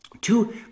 Two